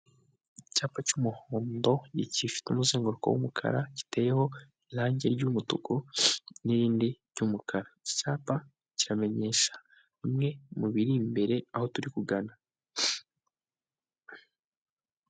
Icyapa cy'umuhondo gifite umuzenguruko w'umukara giteyeho irangi ry'umutuku n'irindi ry'umukara. Iki cyapa kiramenyesha bimwe mu biri imbere aho turi kugana.